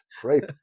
Great